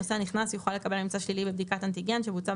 נוסע נכנס יוכל לקבל ממצא שלילי בבדיקת אנטיגן שבוצעה